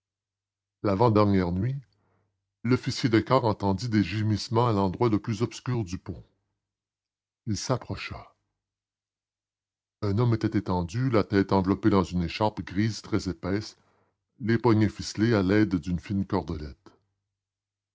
l'avant-dernière nuit l'officier de quart entendit des gémissements à l'endroit le plus obscur du pont il s'approcha un homme était étendu la tête enveloppée dans une écharpe grise très épaisse les poignets ficelés à l'aide d'une fine cordelette